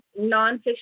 nonfiction